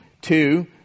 Two